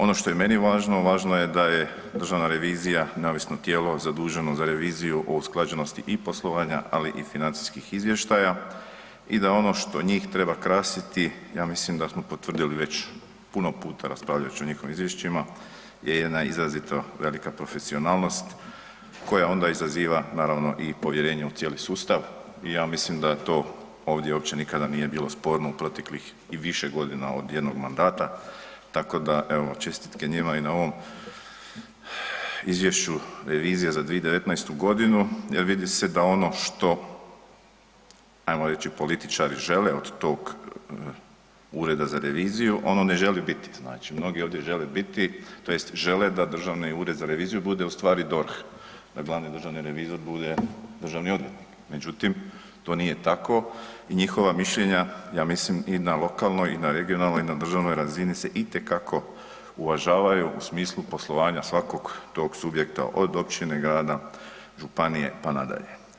Ono što je meni važno, važno je da je Državna revizija neovisno tijelo zaduženo za reviziju o usklađenosti i poslovanja, ali i financijskih izvještaja, i da ono što njih treba krasiti, ja mislim da smo potvrdili već puno puta raspravljajući o njihovim izvješćima, je jedna izrazito velika profesionalnost koja onda izaziva naravno i povjerenje u cijeli sustav, i ja mislim da to ovdje opće nikada nije bilo sporno u proteklih i više godina od jednog mandata, tako da evo čestitke njima i na ovom Izvješću revizije za 2019.-tu godinu, jer vidi se da ono što, ajmo reći političari žele od tog Ureda za reviziju, ono ne želi biti, znači mnogi ovdje žele biti to jest žele da Državni ured za reviziju bude ustvari DORH, da glavni državi revizor bude državni odvjetnik, međutim to nije tako i njihova mišljenja, ja mislim, i na lokalnoj i na regionalnoj, i na državnoj razini se itekako uvažavaju u smislu poslovanja svakog tog subjekta, od Općine, Grada, Županije pa nadalje.